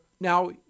now